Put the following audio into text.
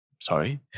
Sorry